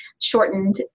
shortened